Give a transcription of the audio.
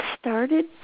started